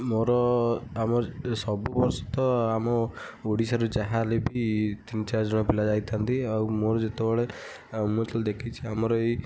ମୋର ଆମର ଏଠି ତ ସବୁ ବର୍ଷ ତ ଆମ ଓଡ଼ିଶାରୁ ଯାହା ହେଲେ ବି ତିନି ଚାରିଜଣ ପିଲା ଯାଇଥାନ୍ତି ଆଉ ମୋର ଯେତେବେଳେ ଆଉ ମୁଁ ଯେତେବେଳେ ଦେଖିଛି ଆମର ଏଇ